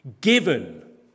given